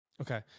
Okay